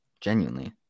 Genuinely